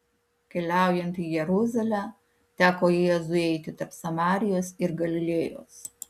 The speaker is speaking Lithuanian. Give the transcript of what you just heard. keliaujant į jeruzalę teko jėzui eiti tarp samarijos ir galilėjos